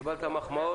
קיבלת מחמאות.